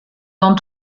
dans